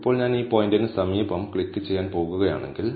ഇപ്പോൾ ഞാൻ ഈ പോയിന്റിന് സമീപം ക്ലിക്ക് ചെയ്യാൻ പോകുകയാണെങ്കിൽ